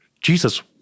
Jesus